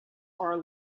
are